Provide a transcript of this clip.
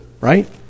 right